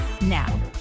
now